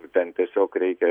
ten tiesiog reikia